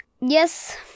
yes